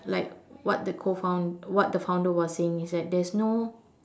like what the co found~ what the founder was saying is that there's no